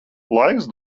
laiks